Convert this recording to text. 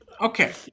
Okay